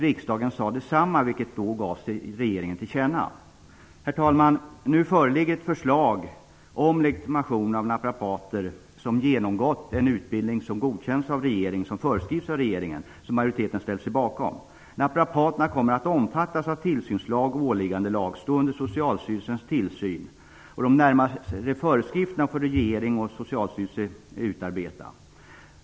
Riksdagen sade detsamma, vilket gavs regeringen till känna. Herr talman! Nu föreligger ett förslag om legitimation av naprapater som genomgått en utbildning så som föreskrivs av regeringen. Majoriteten ställer sig bakom förslaget. Naprapaterna kommer att omfattas av tillsynslag, åliggandelag och Socialstyrelsens tillsyn. Föreskrifterna kommer regeringen och Socialstyrelsen att utarbeta.